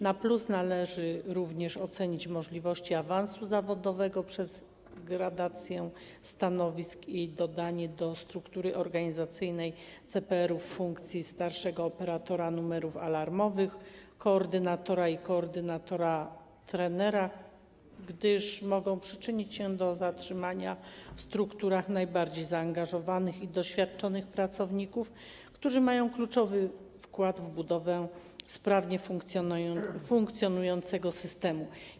Na plus należy również ocenić zwiększenie możliwości awansu zawodowego przez gradację stanowisk i dodanie do struktury organizacyjnej CPR-ów funkcji starszego operatora numerów alarmowych, koordynatora i koordynatora trenera, gdyż może przyczynić się to do zatrzymania w strukturach najbardziej zaangażowanych i doświadczonych pracowników, którzy mają kluczowy wkład w budowę sprawnie funkcjonującego systemu.